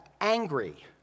angry